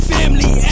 Family